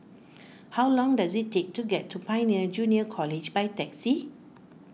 how long does it take to get to Pioneer Junior College by taxi